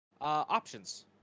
options